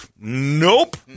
nope